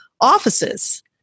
offices